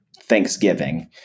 Thanksgiving